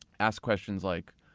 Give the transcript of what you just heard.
ask questions like,